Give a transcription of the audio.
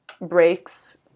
breaks